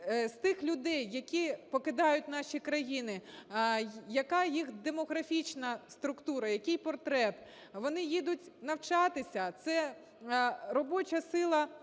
З тих людей, які покидають наші країни, яка їх демографічна структура, який портрет? Вони їдуть навчатися? Це робоча сила